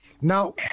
now